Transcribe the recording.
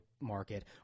market